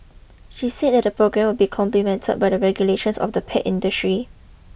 she said that the programme will be complemented by the regulation of the pet industry